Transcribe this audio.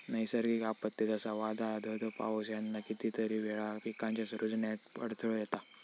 नैसर्गिक आपत्ते, जसा वादाळ, धो धो पाऊस ह्याना कितीतरी वेळा पिकांच्या रूजण्यात अडथळो येता